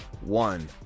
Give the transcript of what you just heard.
one